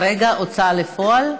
כרגע הוצאה לפועל,